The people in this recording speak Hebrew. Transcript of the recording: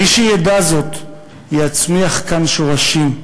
מי שידע זאת יצמיח כאן שורשים,